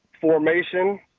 formation